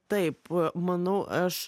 taip manau aš